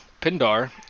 Pindar